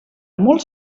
molt